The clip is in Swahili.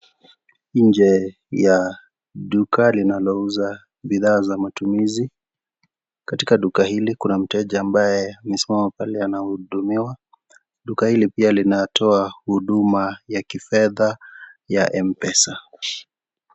Nje ya duka linalouza bidhaa za matumizi. Katika duka hili kuna mteja ambaye amesimama pale anahudumiwa. Duka hili pia linatoka huduma ya kifedha ya Mpesa.